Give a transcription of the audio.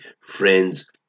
friends